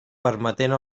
permetent